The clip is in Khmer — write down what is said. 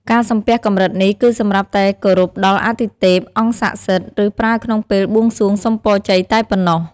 ការសំពះកម្រិតនេះគឺសម្រាប់តែគោរពដល់អទិទេព អង្គសក្ដិសិទ្ធិ ឬប្រើក្នុងពេលបួងសួងសុំពរជ័យតែប៉ុណ្ណោះ។